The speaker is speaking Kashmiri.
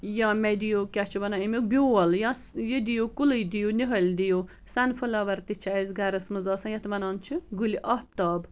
یا مےٚ دِیِو کیاہ چھِ وانان امیُک بیول یا یہٕ دِیِو کُلے دِیِو نِہٕل دِیِو سَنفٕلوَر تہِ چھِ أسۍ گرس منٚز آسان یتھ ونان چھِ گُلہِ آفتاب